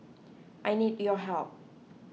I need your help